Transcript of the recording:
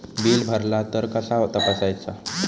Bill भरला तर कसा तपसायचा?